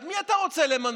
את מי אתה רוצה למנות,